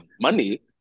money